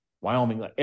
Wyoming